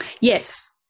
Yes